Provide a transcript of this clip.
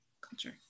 culture